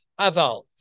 Aval